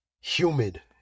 humid